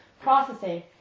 Processing